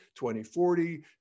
2040